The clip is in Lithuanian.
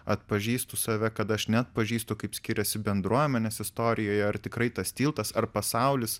atpažįstu save kada aš neatpažįstu kaip skiriasi bendruomenės istorija ir ar tikrai tas tiltas ar pasaulis